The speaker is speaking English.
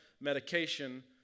medication